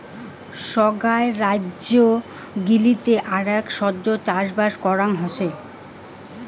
সোগায় রাইজ্য গিলাতে আরাক শস্য চাষবাস করাং হসে